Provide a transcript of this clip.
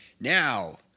Now